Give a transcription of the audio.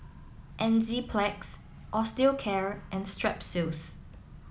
Enzyplex Osteocare and Strepsils